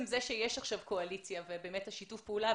זה שיש עכשיו קואליציה ובאמת יש שיתוף פעולה.